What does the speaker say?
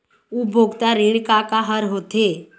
उपभोक्ता ऋण का का हर होथे?